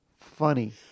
funny